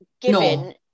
given